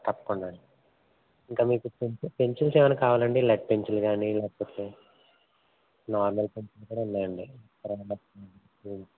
తప్పకుండా అండి ఇంకా మీకు పెన్సిల్స్ ఏమైన కావాల అండి లెడ్ పెన్సిల్స్ కానీ లేకపోతే నార్మల్ పెన్సిల్స్ కూడా ఉన్నాయండి